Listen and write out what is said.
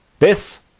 this,